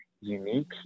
unique